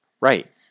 Right